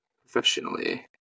professionally